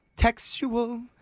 Textual